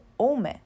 Ome